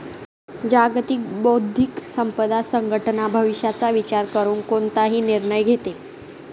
जागतिक बौद्धिक संपदा संघटना भविष्याचा विचार करून कोणताही निर्णय घेते